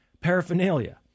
paraphernalia